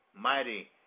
mighty